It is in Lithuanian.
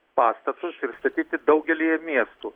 pastatus ir statyti daugelyje miestų